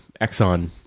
Exxon